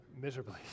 miserably